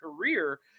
career